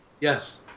Yes